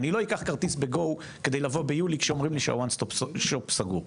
אני לא אקח כרטיס טיסה ב-GO כשאומרים לי שה-ONE STOP SHOP סגור.